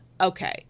okay